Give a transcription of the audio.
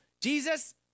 Jesus